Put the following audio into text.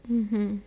mmhmm